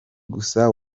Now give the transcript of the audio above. gusa